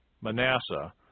Manasseh